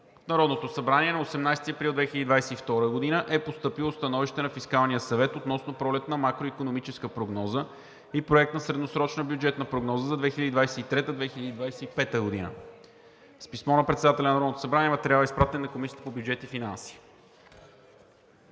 Народното събрание на 18 април 2022 г. е постъпило становище на Фискалния съвет относно пролетна макроикономическа прогноза и Проект на средносрочна бюджетна прогноза за 2023 – 2025 г. С писмо на председателя на Народното събрание материалът е изпратен на Комисията по бюджет и финанси.